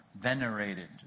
venerated